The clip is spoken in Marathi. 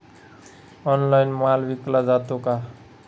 ऑनलाइन माल विकला जातो का?